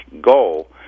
goal